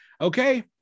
okay